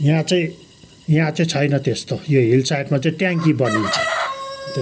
यहाँ चाहिँ यहाँ चाहिँ छैन त्यस्तो यो हिल साइडमा चाहिँ ट्याङकी बनिन्छ